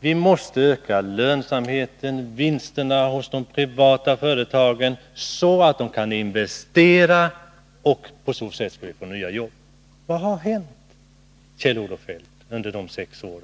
vi måste öka lönsamheten och vinsterna hos de privata företagen, så att dessa kan investera och på så sätt skapa nya jobb. Vad har hänt, Kjell-Olof Feldt, under dessa sex år?